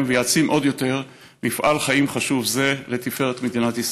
ויעצים עוד יותר מפעל חיים חשוב זה לתפארת מדינת ישראל.